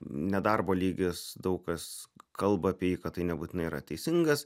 nedarbo lygis daug kas kalba apie jį kad tai nebūtinai yra teisingas